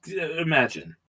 imagine